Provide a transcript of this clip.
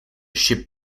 ship